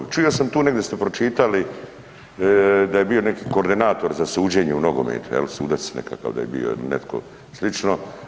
Čuo sam tu negdje ste pročitali da je bio neki koordinator za suđenje u nogometu jel sudac nekakav da je bio il netko slično.